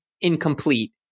incomplete